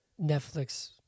Netflix